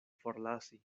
forlasi